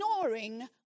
ignoring